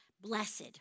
Blessed